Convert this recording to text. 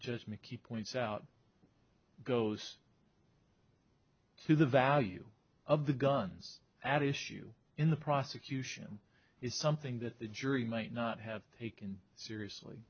just mickey points out goes to the value of the guns at issue in the prosecution is something that the jury might not have taken seriously